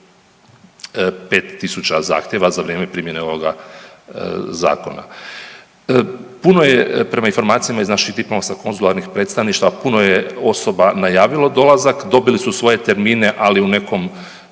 tisuća zahtjeva za vrijeme primjene ovoga Zakona. Puno je, prema informacijama iz naših diplomatskih konzularnih predstavništva, puno je osoba najavilo dolazak, dobili su svoje termine, ali u nekom